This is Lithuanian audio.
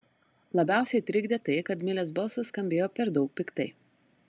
labiausiai trikdė tai kad milės balsas skambėjo per daug piktai